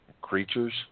creatures